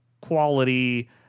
quality